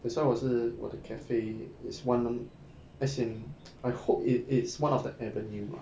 that's why 我是我的 cafe is one as in I hope it is one of the avenue ah